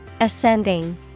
ascending